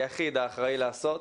היחיד האחראי לעשות.